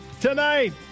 tonight